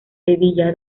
sevilla